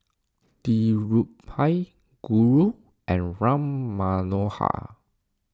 Dhirubhai Guru and Ram Manohar